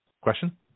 Question